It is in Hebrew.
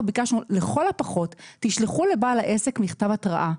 ביקשנו שלכל הפחות תשלחו לבעל העסק מכתב התראה.